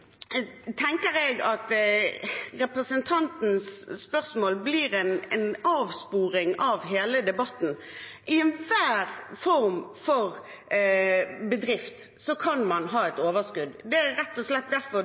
tenker jeg at representantens spørsmål blir en avsporing av hele debatten. I enhver form for bedrift kan man ha et overskudd. Det er rett og slett derfor